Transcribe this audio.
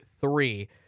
three